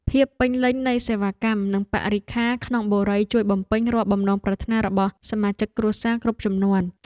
ភាពពេញលេញនៃសេវាកម្មនិងបរិក្ខារក្នុងបុរីជួយបំពេញរាល់បំណងប្រាថ្នារបស់សមាជិកគ្រួសារគ្រប់ជំនាន់។